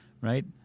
Right